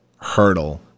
hurdle